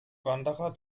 wanderer